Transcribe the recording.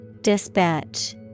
Dispatch